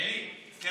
אלי, גם